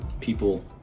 people